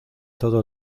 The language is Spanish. todo